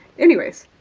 anyways,